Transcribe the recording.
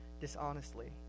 dishonestly